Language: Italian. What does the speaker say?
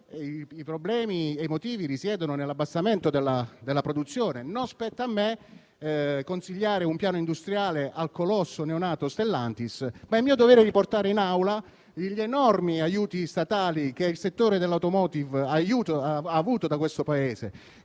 I problemi e i motivi risiedono nell'abbassamento della produzione. Non spetta a me consigliare un piano industriale al colosso neonato Stellantis, ma è mio dovere riportare in Aula gli enormi aiuti statali che il settore dell'*automotive* ha avuto dal nostro Paese.